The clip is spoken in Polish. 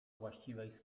właściwej